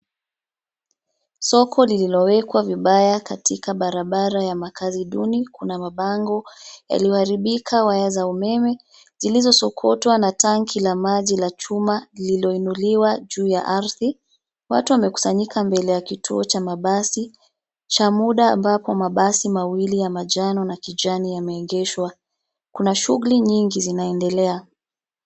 Soko lililowekwa vibaya katika barabara ya makazi duni, kuna mabango yaliyoharibika, waya za umeme zilizosokotwa na tanki la maji la chuma lililoinuliwa juu ya ardhi. Watu wamekusanyika mbele ya kituo cha mabasi, cha muda ambapo mabasi mawili ya manjano na kijani yameegeshwa. Kuna shughuli nyingi zinaendelea.